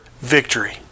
victory